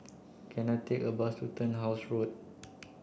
can I take a bus to Turnhouse Road